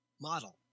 model